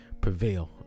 prevail